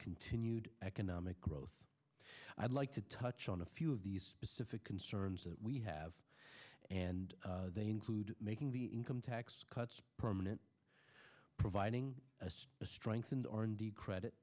continued economic growth i'd like to touch on a few of the specific concerns that we have and they include making the income tax cuts permanent providing a strengthened